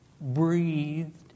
breathed